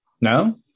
No